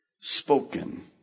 spoken